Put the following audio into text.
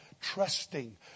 trusting